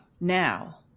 now